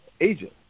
agent